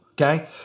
Okay